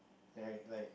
alright like